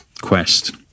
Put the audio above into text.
Quest